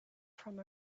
from